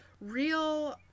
real